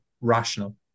rational